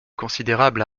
considérables